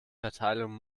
verteilung